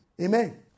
Amen